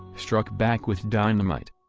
struck back with dynamite,